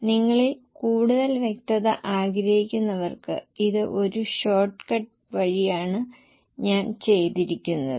നിങ്ങളിൽ കൂടുതൽ വ്യക്തത ആഗ്രഹിക്കുന്നവർക്ക് ഇത് ഒരു ഷോർട്ട് കട്ട് വഴിയാണ് ഞാൻ ചെയ്തിരിക്കുന്നത്